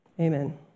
Amen